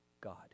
god